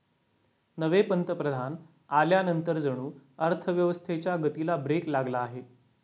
नवे पंतप्रधान आल्यानंतर जणू अर्थव्यवस्थेच्या गतीला ब्रेक लागला आहे